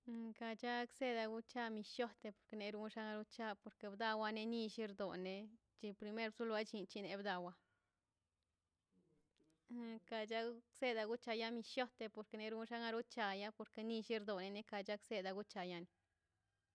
Ga chakzena unchan milliot tener ullana chao dawa ninill tirdone chin primer loalli nichewa bdawan ka chal senan da wicha yawi llon te tener karo chawa porque nilliawa done ka chak seda wicha wia